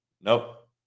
Nope